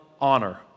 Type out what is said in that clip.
honor